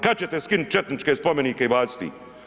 Kad ćete skinut četničke spomenike i bacit ih?